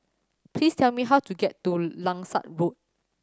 please tell me how to get to Langsat Road